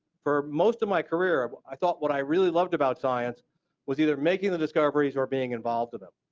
for most of my career, but i thought what i really loved about science was either making the discoveries or being involved in them,